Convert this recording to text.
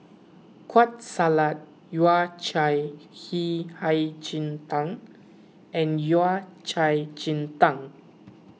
Kueh Salat Yao Cai he Hei Ji Tang and Yao Cai Ji Tang